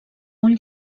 ull